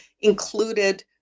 included